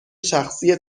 شخصی